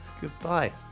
Goodbye